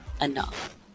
Enough